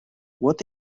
what